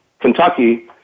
Kentucky